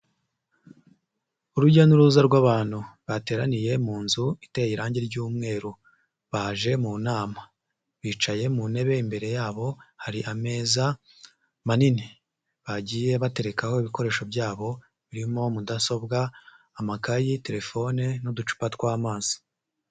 Urujya n'uruza rw'abantu bateraniye mu nzu iteye irange ry'umweru baje mu nama, bicaye mu ntebe imbere yabo hari ameza manini bagiye baterekaho ibikoresho byabo birimo mudasobwa, amakayeyi, telefone, n'uducupa tw'amazi.